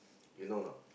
you know or not